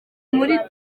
muri